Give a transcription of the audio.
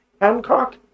Hancock